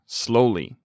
slowly